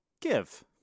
give